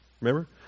Remember